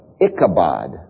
Ichabod